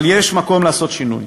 אבל יש מקום לעשות שינוי,